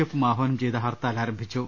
എഫും ആഹ്വാനം ചെയ്ത ഹർത്താൽ ആരംഭിച്ചു